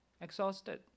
exhausted